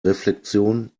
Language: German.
reflexion